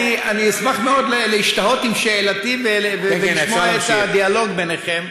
אני אשמח מאוד להשתהות עם שאלתי ולשמוע את הדיאלוג ביניכם,